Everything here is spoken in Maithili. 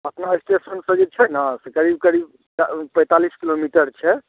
अपना स्टेशनसँ जे छै ने से करीब करीब पै पैतालीस किलोमीटर छै